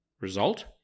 result